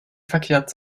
verkehrt